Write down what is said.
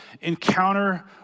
encounter